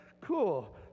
Cool